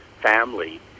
family